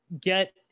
get